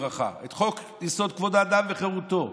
את חוק-יסוד: כבוד האדם וחירותו,